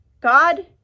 God